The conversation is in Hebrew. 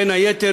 בין היתר,